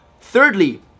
thirdly